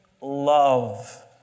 love